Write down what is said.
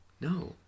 No